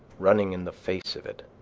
running in the face of it.